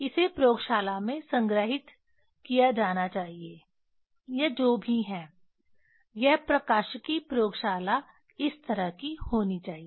इसे प्रयोगशाला में संग्रहीत किया जाना चाहिए यह जो भी हैं यह प्रकाशिकी प्रयोगशाला इस तरह की होनी चाहिए